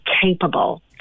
capable